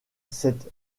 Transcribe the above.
cette